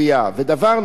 ודבר נוסף,